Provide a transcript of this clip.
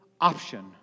option